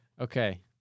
Okay